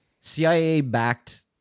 CIA-backed